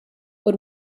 but